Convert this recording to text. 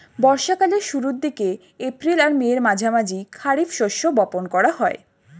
বর্ষা কালের শুরুর দিকে, এপ্রিল আর মের মাঝামাঝি খারিফ শস্য বপন করা হয়